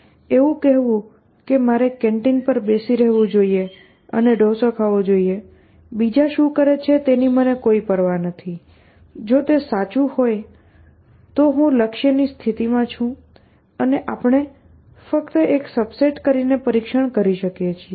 એવું કહેવું કે મારે કેન્ટીન પર બેસી રહેવું જોઈએ અને ડોસા ખાવો જોઈએ બીજા શું કરે છે તેની મને કોઈ પરવા નથી જો તે સાચું હોય તો હું લક્ષ્યની સ્થિતિમાં છું અને આપણે ફક્ત એક સબસેટ કરીને પરીક્ષણ કરી શકીએ છીએ